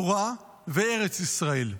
תורה וארץ ישראל.